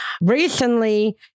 Recently